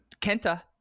kenta